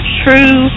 true